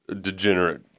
degenerate